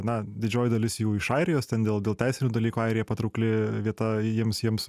na didžioji dalis jų iš airijos ten dėl dėl teisinių dalykų airija patraukli vieta jiems jiems